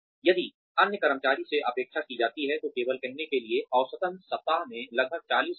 यदि अन्य कर्मचारियों से अपेक्षा की जाती है तो केवल कहने के लिए औसतन सप्ताह में लगभग 40 घंटे